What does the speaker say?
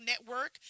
network